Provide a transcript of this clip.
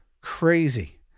Crazy